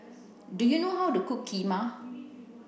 do you know how to cook Kheema